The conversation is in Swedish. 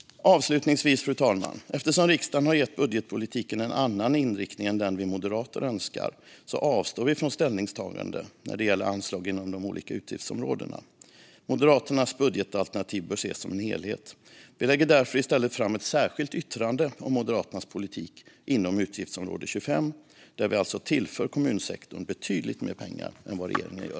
Fru talman! Eftersom riksdagen har gett budgetpolitiken en annan inriktning än den vi moderater önskar avstår vi från ställningstagande när det gäller anslag inom de olika utgiftsområdena. Moderaternas budgetalternativ bör ses som en helhet. Vi har därför i stället ett särskilt yttrande om Moderaternas politik inom utgiftsområde 25, där vi alltså tillför kommunsektorn betydligt mer pengar än vad regeringen gör.